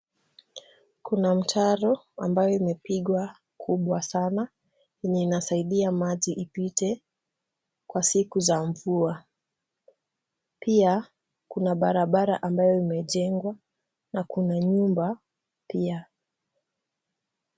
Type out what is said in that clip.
Kuna mtaro ambayo imepigwa kubwa sana, yenye inasaidia maji ipite kwa siku za mvua. Pia, kuna barabara ambayo imejengwa na kuna nyumba pia.